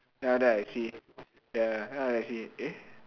then after that I see ya then after that I see eh